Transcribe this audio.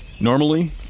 Normally